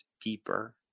deeper